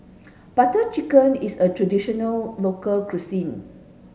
Butter Chicken is a traditional local cuisine